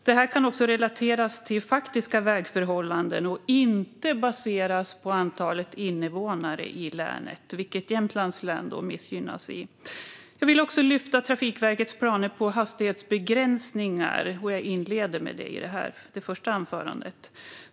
Det ska också relateras till faktiska vägförhållanden och inte baseras på antalet invånare i länet, vilket missgynnar Jämtlands län. Jag vill också ta upp Trafikverkets planer på hastighetsbegränsningar, och jag inleder med detta här.